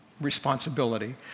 responsibility